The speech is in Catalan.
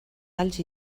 alls